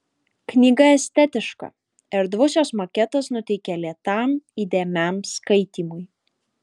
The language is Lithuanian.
knyga estetiška erdvus jos maketas nuteikia lėtam įdėmiam skaitymui